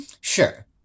Sure